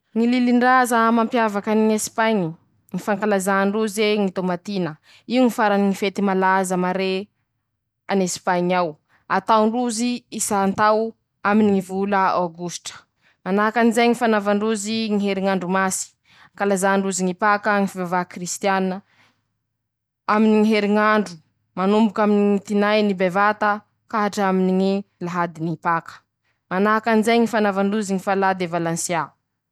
Ñy lilindraza mampiavaka an'Esipaiñe: ñy fankalazà ndroze ñy tômatina, io ñy farany ñy fety malaza maré an'Esipaiñy ao, ataondrozy isantao aminy ñy vola aogositra, manakanjay ñy fanaova ndrozy ñy heriñ'andro masy, ankalazà ndrozy ñy paka, ñy fivavaha krisitianina, aminy ñy heriñ'andro manomboky aminy ñy tinaine bevata ka hatr'aminy ñy lahady mipaka, manahakan'izay ñy fanavandrozy ñy faladevalansia.